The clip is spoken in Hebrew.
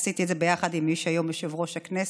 עשיתי את זה ביחד עם מי שהיום יושב-ראש הכנסת,